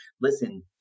Listen